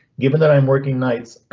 given that i'm working nights,